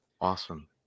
Awesome